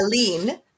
Aline